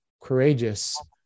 courageous